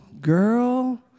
girl